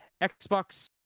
xbox